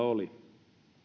oli